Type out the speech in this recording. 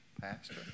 pastor